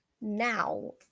Now